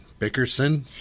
Bickerson